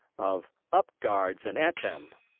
of up, guards, and at them!